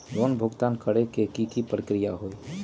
Loan भुगतान करे के की की प्रक्रिया होई?